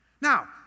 Now